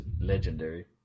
legendary